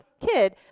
kid